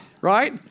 Right